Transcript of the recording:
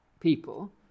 people